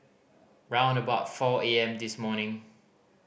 round about four A M this morning